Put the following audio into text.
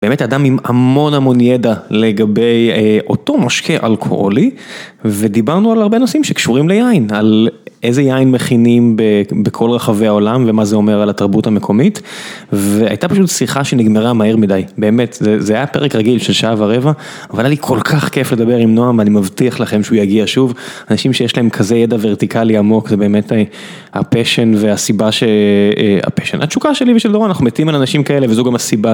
באמת, אדם עם המון המון ידע לגבי אותו משקה אלכוהולי ודיברנו על הרבה נושאים שקשורים ליין, על איזה יין מכינים בכל רחבי העולם ומה זה אומר על התרבות המקומית והייתה פשוט שיחה שנגמרה מהר מדי. באמת, זה היה פרק רגיל של שעה ורבע, אבל היה לי כל כך כיף לדבר עם נועם, אני מבטיח לכם שהוא יגיע שוב, אנשים שיש להם כזה ידע ורטיקלי עמוק, זה באמת ה passion והסיבה שה passion. התשוקה שלי ושל דורון, אנחנו מתים על אנשים כאלה וזו גם הסיבה.